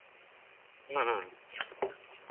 ᱦᱩᱸ ᱦᱩᱸ